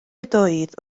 ydoedd